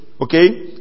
Okay